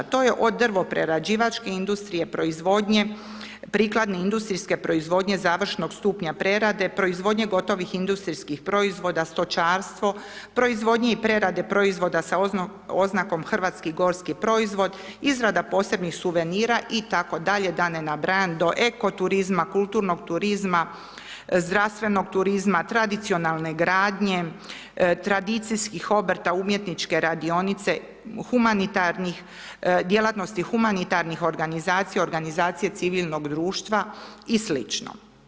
To je od drvoprerađivačke industrije, proizvodnje, prikladne industrijske proizvodnje završnog stupnja prerade, proizvodnje gotovih industrijskih proizvoda, stočarstvo, proizvodnje i prerade proizvoda sa oznakom Hrvatski gorski proizvod, izrada posebnih suvenira itd., da ne nabrajam, do eko turizma, kulturnog turizma, zdravstvenog turizma, tradicionalne gradnje, tradicijskih obrta, umjetničke radionice, humanitarnih, djelatnosti humanitarnih organizacija, organizacije civilnog društva i sl.